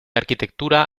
arquitectura